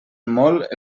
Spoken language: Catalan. molt